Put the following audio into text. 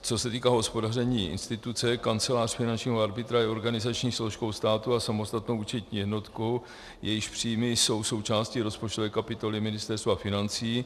Co se týká hospodaření instituce, Kancelář finančního arbitra je organizační složkou státu a samostatnou účetní jednotkou, jejíž příjmy jsou součástí rozpočtové kapitoly Ministerstva financí.